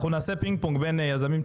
אנחנו נעשה פינג-פונג בין יזמים צעירים,